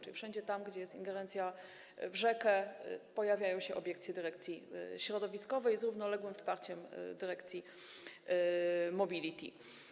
Czyli wszędzie tam, gdzie jest ingerencja w rzekę, pojawiają się obiekcje dyrekcji środowiskowej z równoległym wsparciem dyrekcji Mobility.